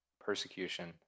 persecution